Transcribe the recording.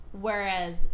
whereas